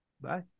Bye